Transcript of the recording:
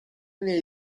ile